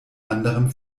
anderem